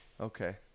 Okay